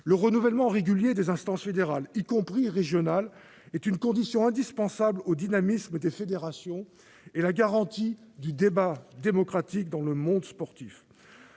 Le renouvellement régulier des instances fédérales, y compris régionales, est une condition indispensable au dynamisme des fédérations. C'est aussi la garantie du débat démocratique dans le monde sportif.